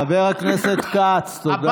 חבר הכנסת כץ, תודה.